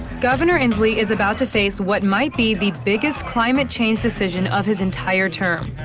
governor inslee is about to face what might be the biggest climate-change decision of his entire term,